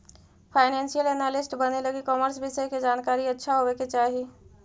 financial analyst बने लगी commerce विषय के जानकारी अच्छा होवे के चाही